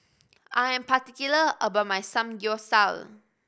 I am particular about my Samgyeopsal